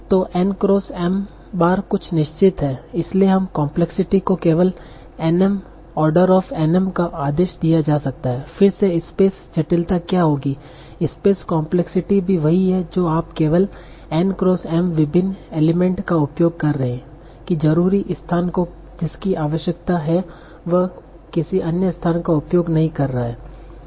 तो N cross M बार कुछ निश्चित हैं इसलिए समय कोम्प्लेक्सिटी को केवल N M O का आदेश दिया जा सकता है फिर से स्पेस जटिलता क्या होगी स्पेस कोम्प्लेक्सिटी भी वही है जो आप केवल N क्रॉस M विभिन्न एलिमेंट का उपयोग कर रहे हैं कि जरुरी स्थान को जिसकी आपको आवश्यकता है वह किसी अन्य स्थान का उपयोग नहीं कर रहा है